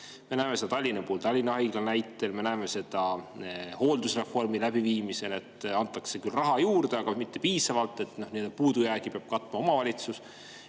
Me näeme seda Tallinna puhul Tallinna Haigla näitel, me näeme seda hooldusreformi läbiviimisel, et antakse küll raha juurde, aga mitte piisavalt ja puudujäägi peab katma omavalitsus.